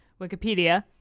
Wikipedia